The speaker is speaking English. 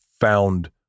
found